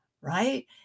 right